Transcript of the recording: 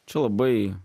čia labai